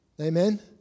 Amen